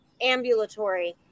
ambulatory